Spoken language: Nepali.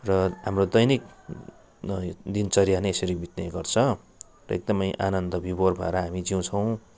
र हाम्रो दैनिक दिनचर्या नै यसरी बित्ने गर्छ र एकदमै आनन्दविभोर भएर हामी जिउछौँ